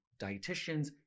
dietitians